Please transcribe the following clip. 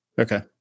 Okay